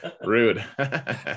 Rude